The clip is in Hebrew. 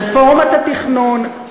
רפורמת התכנון,